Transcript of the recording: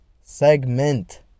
Segment